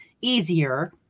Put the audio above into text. easier